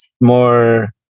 more